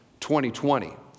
2020